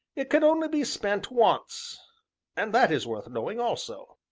it can only be spent once and that is worth knowing also.